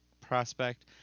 prospect